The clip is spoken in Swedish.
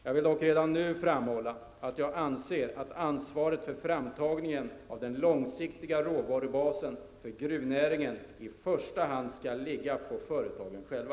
Jag vill dock redan nu framhålla att jag anser att ansvaret för framtagning av den långsiktiga råvarubasen för gruvnäringen i första hand skall ligga på företagen själva.